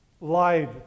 lied